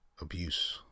Abuse